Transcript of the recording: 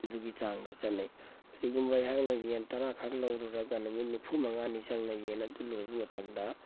ꯑꯗꯨꯒꯤ ꯆꯥꯡꯗ ꯆꯠꯅꯩ ꯀꯔꯤꯒꯨꯝꯕ ꯑꯩꯍꯥꯛꯅ ꯌꯦꯟ ꯇꯔꯥꯈꯛ ꯂꯧꯔꯨꯔꯒ ꯅꯨꯃꯤꯠ ꯅꯤꯐꯨ ꯃꯉꯥꯅꯤ ꯆꯪꯅ ꯌꯦꯟ ꯑꯗꯨ ꯂꯣꯏꯕ ꯃꯇꯝꯗ